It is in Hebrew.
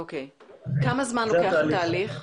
כמה זמן לוקח התהליך?